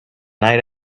night